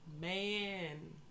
Man